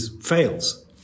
fails